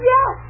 Yes